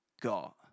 got